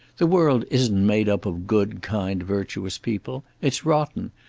the world isn't made up of good, kind, virtuous people. it's rotten.